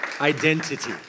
identity